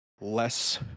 less